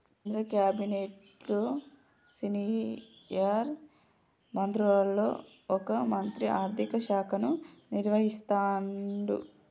కేంద్ర క్యాబినెట్లో సీనియర్ మంత్రులలో ఒక మంత్రి ఆర్థిక శాఖను నిర్వహిస్తాడు